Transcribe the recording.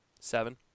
Seven